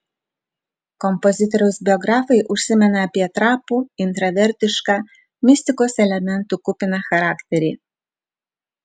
kompozitoriaus biografai užsimena apie trapų intravertišką mistikos elementų kupiną charakterį